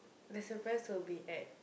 the surprise will be at